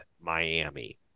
Miami